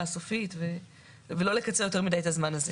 הסופית ולא לקצר יותר מדי את הזמן הזה.